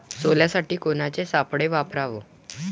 सोल्यासाठी कोनचे सापळे वापराव?